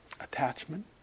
attachment